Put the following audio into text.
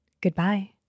Goodbye